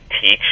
teach